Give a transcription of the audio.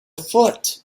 foot